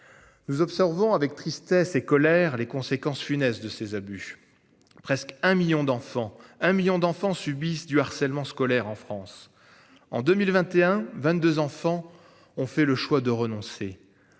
Nous observons avec tristesse et colère, les conséquences funestes de ces abus. Presque un million d'enfants un million d'enfants subissent du harcèlement scolaire en France en 2021, 22 enfants ont fait le choix de renoncer.